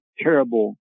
terrible